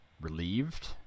relieved